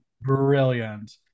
Brilliant